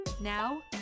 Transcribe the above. Now